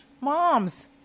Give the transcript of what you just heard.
Moms